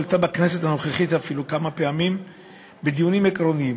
עלתה בכנסת הנוכחית כמה פעמים בדיונים עקרוניים.